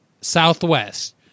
Southwest